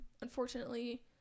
Unfortunately